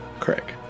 Craig